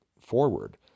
forward